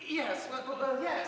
yeah yeah